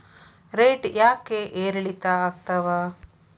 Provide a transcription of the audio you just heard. Rate ಯಾಕೆ ಏರಿಳಿತ ಆಗ್ತಾವ?